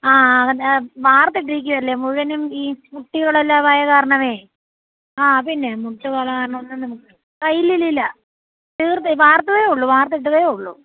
ആ അവിടെ വാർത്ത് ഇട്ടിരിക്കുകയല്ലേ മുഴുവനും ഈ കുട്ടികളെല്ലാമായ കാരണമേ ആ പിന്നെ മുട്ട് പാടുള്ളത് കാരണം ഒന്നും നമുക്ക് ആ ഇല്ല ഇല്ല ഇല്ല തീർത്ത് വാർത്തതേയുള്ളൂ വാർത്ത് ഇട്ടതെ ഉള്ളു